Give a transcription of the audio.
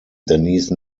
denise